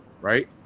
right